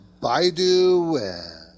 Baidu